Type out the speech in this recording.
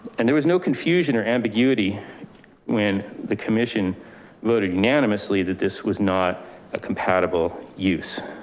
and there was no confusion or ambiguity when the commission voted unanimously that this was not a compatible use